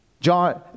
John